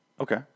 okay